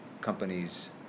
companies